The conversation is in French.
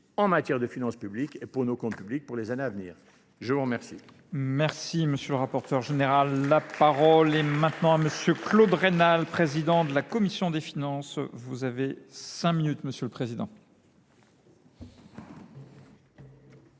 en matière de finances publiques et pour nos comptes publics pour les années à venir. Je vous remercie.